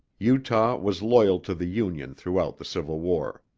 utah was loyal to the union throughout the civil war